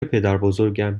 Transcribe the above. پدربزرگم